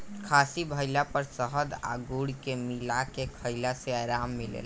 खासी भइला पर शहद आ गुड़ के मिला के खईला से आराम मिलेला